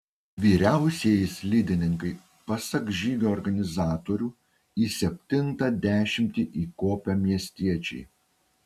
vyriausieji slidininkai pasak žygio organizatorių į septintą dešimtį įkopę miestiečiai